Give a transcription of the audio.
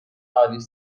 آلیس